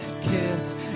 kiss